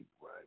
right